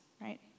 right